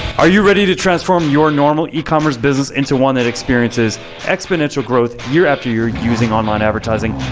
are you ready to transform your normal e-commerce business into one that experiences exponential growth year after year using online advertising?